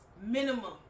Minimum